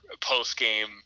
post-game